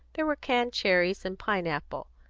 there were canned cherries and pine-apple.